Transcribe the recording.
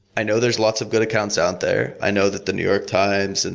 i know there're lots of good accounts out there. i know that the new york times, and